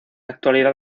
actualidad